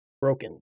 broken